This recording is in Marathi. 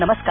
नमस्कार